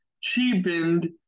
cheapened